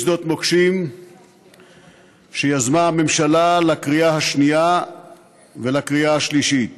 שדות מוקשים שיזמה הממשלה לקריאה השנייה ולקריאה השלישית.